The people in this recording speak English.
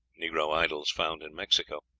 negro idols found in mexico.